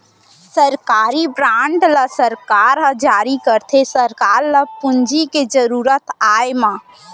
सरकारी बांड ल सरकार ह जारी करथे सरकार ल पूंजी के जरुरत आय म